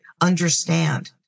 understand